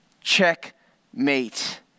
Checkmate